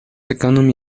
economy